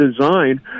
design